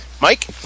Mike